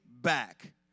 back